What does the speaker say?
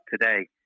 today